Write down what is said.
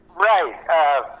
Right